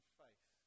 faith